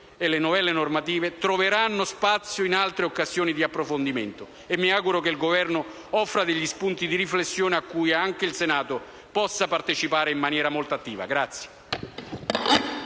e alle novelle normative, troverà spazio in altre occasioni di approfondimento e mi auguro che il Governo offra degli spunti di riflessione a cui anche il Senato possa partecipare in maniera molto attiva.